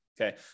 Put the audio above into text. Okay